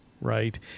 right